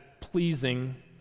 pleasing